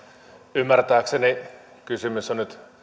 ymmärtääkseni kysymys on nyt